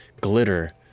glitter